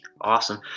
awesome